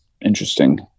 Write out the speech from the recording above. interesting